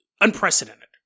unprecedented